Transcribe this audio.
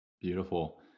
Beautiful